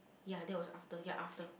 ya that was after ya after